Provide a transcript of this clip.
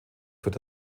führt